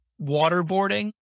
waterboarding